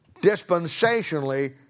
dispensationally